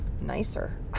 nicer